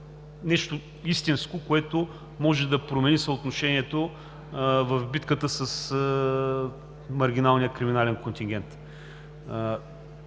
нещо истинско, което може да промени съотношението в битката с маргиналния криминален контингент.